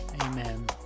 Amen